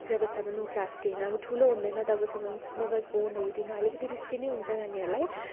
जबसम्म ऊ class ten अब ठुलो हुँदैन तबसम्म मोबाइल फोनहरू दिनु अलिकति रिस्की नै हुन्छ नानीहरूलाई